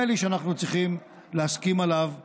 לי שאנחנו צריכים להסכים עליו כולנו.